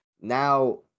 now